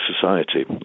society